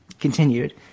continued